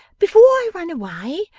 before i run away,